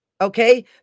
okay